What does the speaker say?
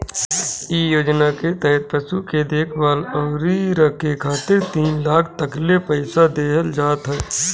इ योजना के तहत पशु के देखभाल अउरी रखे खातिर तीन लाख तकले पईसा देहल जात ह